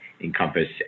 encompass